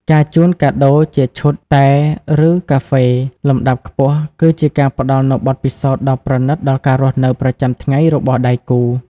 ការជូនកាដូជាឈុតតែ ឬកាហ្វេលំដាប់ខ្ពស់ គឺជាការផ្ដល់នូវបទពិសោធន៍ដ៏ប្រណីតដល់ការរស់នៅប្រចាំថ្ងៃរបស់ដៃគូ។